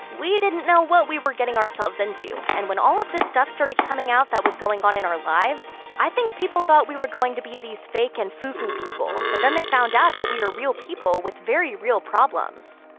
we didn't know what we were getting ourselves into and when all of this stuff started coming out that was going on in our lives i think people thought we were going to be these fake and foo-foo people, but then they found out that we are real people with very real problems.